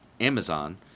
Amazon